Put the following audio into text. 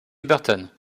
burton